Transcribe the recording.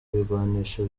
ibigwanisho